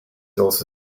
also